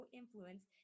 influence